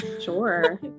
sure